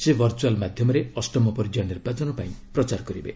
ସେ ଭର୍ଚୁଆଲ୍ ମାଧ୍ୟମରେ ଅଷ୍ଟମ ପର୍ଯ୍ୟାୟ ନିର୍ବାଚନ ପାଇଁ ପ୍ରଚାର କରିବେ